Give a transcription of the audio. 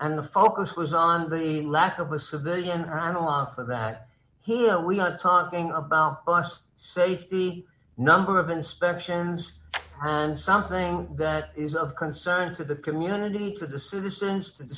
and the focus was on the lack of a civilian or an offer that here we are talking about safety number of inspections and something that is of concern to the community to the city since to the